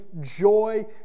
joy